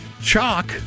Chalk